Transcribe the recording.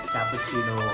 Cappuccino